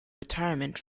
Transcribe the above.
retirement